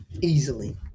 easily